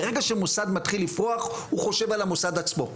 ברגע שמוסד מתחיל לפרוח הוא חושב על המוסד עצמו,